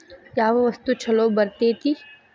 ಯಾವ ವಸ್ತು ಛಲೋ ಬರ್ತೇತಿ?